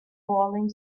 falling